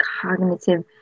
cognitive